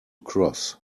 cross